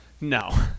No